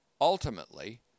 ultimately